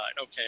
Okay